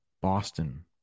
Boston